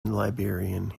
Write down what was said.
liberian